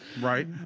Right